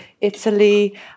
Italy